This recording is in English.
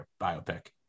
biopic